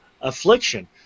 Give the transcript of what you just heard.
affliction